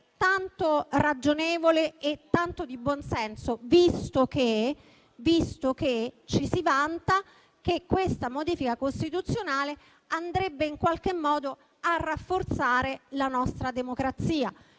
tanto ragionevole e tanto di buonsenso, visto che ci si vanta che questa modifica costituzionale andrebbe a rafforzare la nostra democrazia,